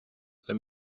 let